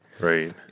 Right